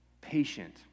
patient